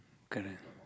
correct